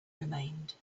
remained